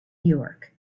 york